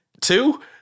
two